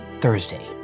Thursday